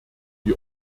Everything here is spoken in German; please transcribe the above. die